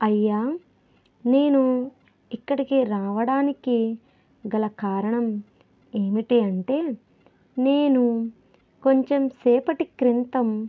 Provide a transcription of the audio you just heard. అయ్యా నేను ఇక్కడికి రావడానికి గల కారణం ఏమిటి అంటే నేను కొంచెం సేపటి క్రితం